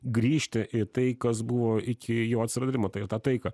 grįžti į tai kas buvo iki jo atsiradimo tai ir tą taiką